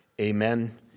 Amen